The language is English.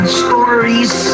stories